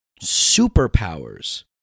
superpowers